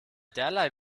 derlei